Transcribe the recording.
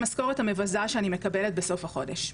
המשכורת המבזה שאני מקבלת בסוף החודש,